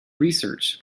research